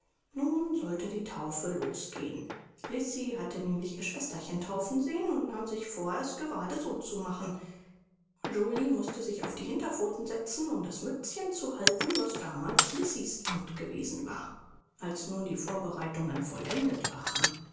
nun sollte die taufe losgehen lisi hatte nämlich ihr schwesterchen taufen sehen und nahm sich vor es gerade so zu machen joly mußte sich auf die hinterpfoten setzen um das mützchen zu halten was damals lisis amt gewesen war als nun die vorbereitungen vollendet waren